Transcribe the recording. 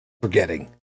forgetting